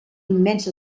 immens